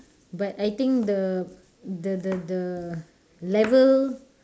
but I think the the the the level